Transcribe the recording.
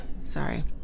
sorry